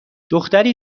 دختری